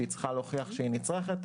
שצריכה להוכיח שהיא נצרכת,